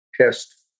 test